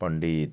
পণ্ডিত